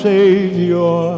Savior